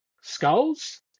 skulls